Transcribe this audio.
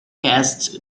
cast